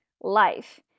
life